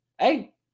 Hey